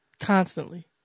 constantly